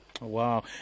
Wow